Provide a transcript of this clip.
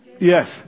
Yes